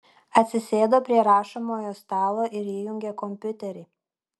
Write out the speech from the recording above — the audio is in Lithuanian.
atsisėdo prie rašomojo stalo ir įjungė kompiuterį